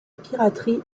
piraterie